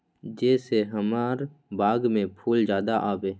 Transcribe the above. जे से हमार बाग में फुल ज्यादा आवे?